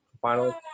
Final